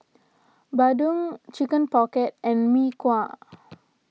Bandung Chicken Pocket and Mee Kuah